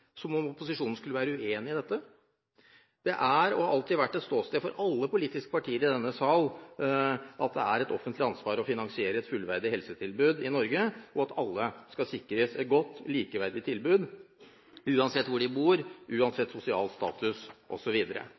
som om opposisjonen skulle være uenig i dette. Det er og har alltid vært et ståsted for alle politiske partier i denne sal at det er et offentlig ansvar å finansiere et fullverdig helsetilbud i Norge, og at alle skal sikres et godt, likeverdig tilbud uansett hvor de bor, sosial status,